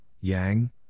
Yang